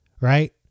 right